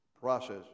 process